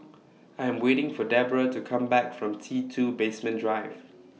I Am waiting For Deborah to Come Back from T two Basement Drive